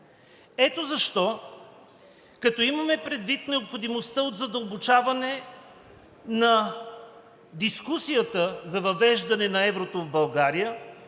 Ето защо, като имаме предвид необходимостта от задълбочаване на дискусията за въвеждане на еврото в България,